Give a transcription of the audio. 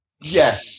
yes